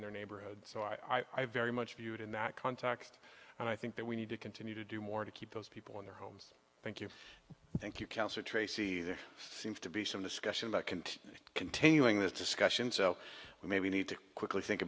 in their neighborhood so i very much view it in that context and i think that we need to continue to do more to keep those people in their homes thank you thank you councillor tracy there seems to be some discussion that can continuing this discussion so we maybe need to quickly think